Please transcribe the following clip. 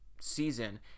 season